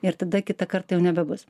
ir tada kitą kartą jau nebebus